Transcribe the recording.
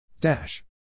Dash